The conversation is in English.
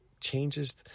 changes